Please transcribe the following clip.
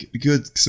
Good